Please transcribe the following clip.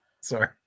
Sorry